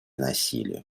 насилию